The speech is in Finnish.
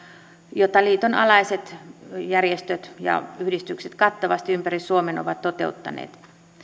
jota liiton alaiset järjestöt ja yhdistykset kattavasti ympäri suomen ovat toteuttaneet